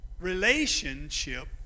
Relationship